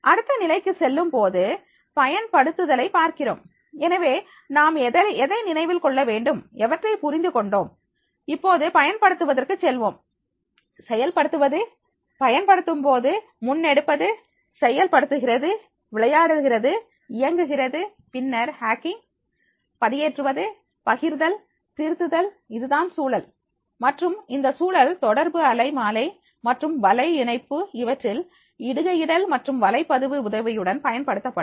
அடுத்த நிலைக்குச் செல்லும் போது பயன்படுத்துதலைப் பார்க்கிறோம் எனவே நாம் எதை நினைவில் கொள்ள வேண்டும் எவற்றை புரிந்து கொண்டோம் இப்போது பயன்படுத்துவதற்கு செல்வோம் செயல்படுத்துவது பயன்படுத்தும்போது முன்னெடுப்பது செயல்படுத்துகிறது விளையாடுகிறது இயங்குகிறது பின்னர் ஹேக்கிங் பதிவேற்றுவது பகிர்தல் திருத்துதல் இதுதான் சூழல் மற்றும் இந்த சூழல் தொடர்பு அலை மாலை மற்றும் வளை இணைப்பு இவற்றில் இடுகையிடல் மற்றும் வலைப்பதிவு உதவியுடன் பயன்படுத்தப்படும்